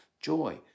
joy